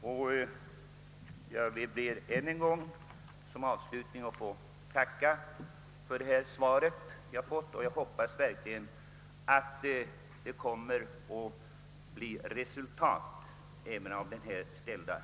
Jag ber att som avslutning än en gång få tacka för det svar jag erhållit och hoppas att min fråga kommer att resultera i åtgärder.